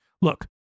Look